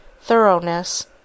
thoroughness